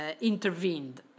intervened